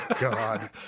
god